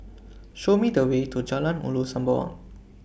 Show Me The Way to Jalan Ulu Sembawang